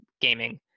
gaming